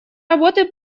работы